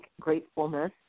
gratefulness